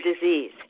disease